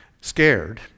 scared